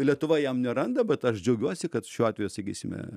lietuva jam neranda bet aš džiaugiuosi kad šiuo atveju sakysime